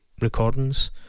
recordings